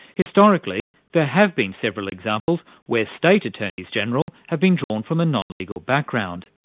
historically, there have been several examples where state attorneys-general have been drawn from a non-legal background.